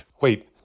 Wait